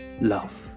love